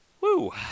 Woo